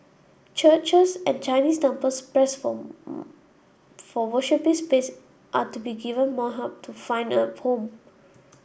churches and Chinese temples pressed for worshipping space are to be given more help to find a home